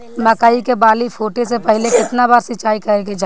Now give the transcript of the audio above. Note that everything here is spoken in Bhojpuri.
मकई के बाली फूटे से पहिले केतना बार सिंचाई करे के चाही?